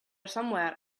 somewhere